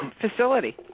facility